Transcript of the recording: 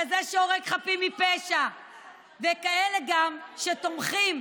לא כי, אל תפריע לה.